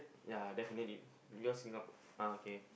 ya definitely because Singapore ah okay